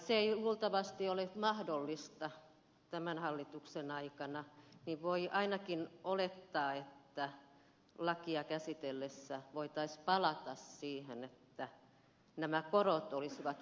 se ei luultavasti ole mahdollista tämän hallituksen aikana mutta voi ainakin olettaa että lakia käsiteltäessä voitaisiin palata siihen että nämä korot olisivat kohtuullisempia